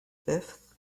fifth